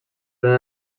pren